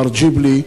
מר ג'יבלי,